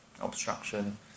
obstruction